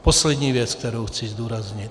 Poslední věc, kterou chci zdůraznit.